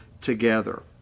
together